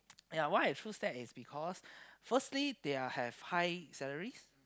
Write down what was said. ya why is choose that is because firstly their have high salaries